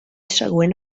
següent